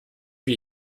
wie